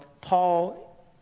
Paul